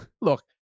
Look